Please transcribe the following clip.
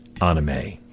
Anime